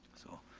so,